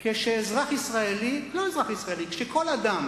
כשאזרח ישראלי, לא אזרח ישראלי, כשכל אדם,